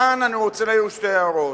כאן אני רוצה להעיר שתי הערות.